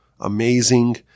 amazing